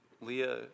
Leah